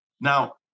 Now